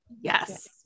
Yes